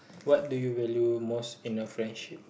what do you value most in a friendship